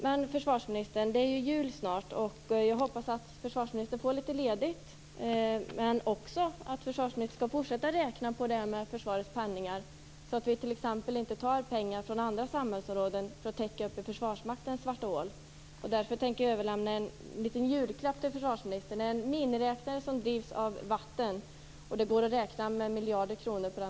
Men, försvarsministern, det är ju snart jul, och jag hoppas att försvarsministern får litet ledighet. Jag tycker också att försvarsministern skall fortsätta att räkna på försvarets upphandlingar, så att man t.ex. inte tar pengar från andra samhällsområden för att täcka Försvarsmaktens svarta hål. Jag tänker därför överlämna en liten julklapp till försvarsministern: en miniräknare som drivs av vatten. Det går att räkna i miljarder kronor på den.